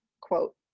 quote